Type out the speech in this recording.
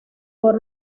por